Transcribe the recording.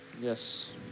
Yes